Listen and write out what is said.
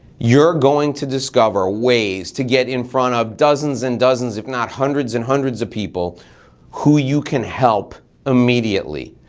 you're going to discover ways to get in front of dozens and dozens, if not hundreds and hundreds of people who you can help immediately.